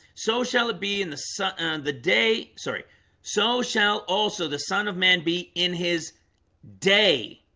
so shall it be in the sun and the day? sorry so shall also the son of man be in his day,